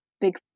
big